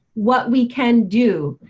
what we can do.